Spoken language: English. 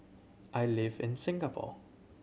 I live in Singapore